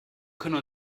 können